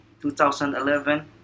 2011